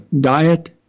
diet